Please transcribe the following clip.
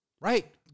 Right